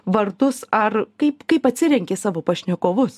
vartus ar kaip kaip atsirenki savo pašnekovus